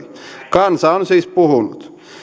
kansa on siis puhunut